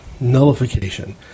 Nullification